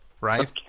right